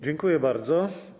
Dziękuję bardzo.